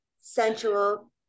sensual